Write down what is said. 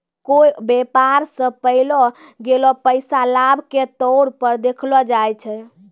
कोय व्यापार स पैलो गेलो पैसा लाभ के तौर पर देखलो जाय छै